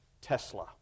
Tesla